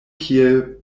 kiel